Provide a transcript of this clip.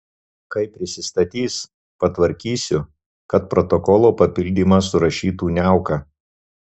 kai prisistatys patvarkysiu kad protokolo papildymą surašytų niauka